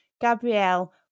Gabrielle